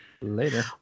Later